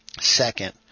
second